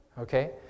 Okay